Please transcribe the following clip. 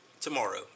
tomorrow